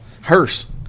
hearse